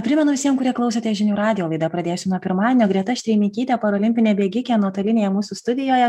primenu visiem kurie klausotės žinių radijo laida pradėsiu nuo pirmadienio greta štreimikytė parolimpinė bėgikė nuotolinėje mūsų studijoje